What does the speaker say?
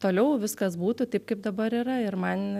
toliau viskas būtų taip kaip dabar yra ir man